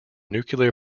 nuclear